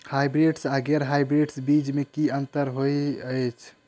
Hybrids आ गैर hybrids बीज म की अंतर होइ अछि?